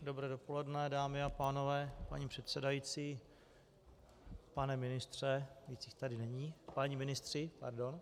Dobré dopoledne, dámy a pánové, paní předsedající, pane ministře víc jich tady není páni ministři, pardon.